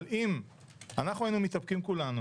אבל אם אנחנו היינו מתאפקים כולנו